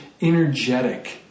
energetic